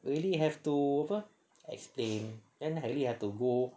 really have to apa explain and I really have to go